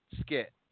skit